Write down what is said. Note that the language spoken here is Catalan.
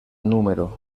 número